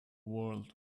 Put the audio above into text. world